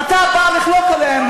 ואתה בא לחלוק עליהם.